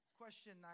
question